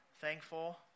Thankful